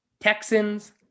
Texans –